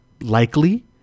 likely